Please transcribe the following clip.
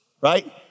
right